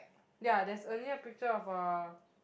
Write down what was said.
ya there's only picture of a